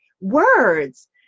words